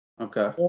Okay